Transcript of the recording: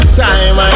time